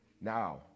Now